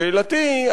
שאלתי היא,